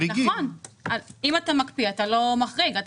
נכון, אם אתה מקפיא אתה לא מחריג.